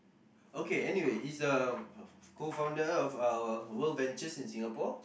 okay anyway he's a co-founder of our world ventures in Singapore